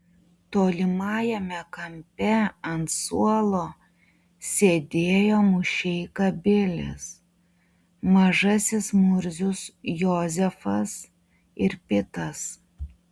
tolimajame kampe ant suolo sėdėjo mušeika bilis mažasis murzius jozefas ir pitas